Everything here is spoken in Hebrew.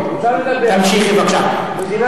מותר לדבר, מדינה